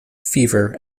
fever